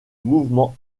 mouvement